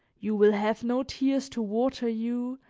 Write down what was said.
you will have no tears to water you,